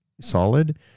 solid